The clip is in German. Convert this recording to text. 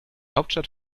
hauptstadt